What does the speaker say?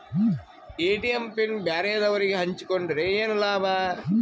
ATM PIN ಬ್ಯಾರೆದವರಗೆ ಹಂಚಿಕೊಂಡರೆ ಏನು ಲಾಭ?